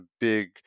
big